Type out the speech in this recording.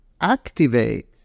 activate